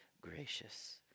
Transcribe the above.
gracious